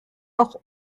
auch